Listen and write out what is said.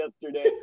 yesterday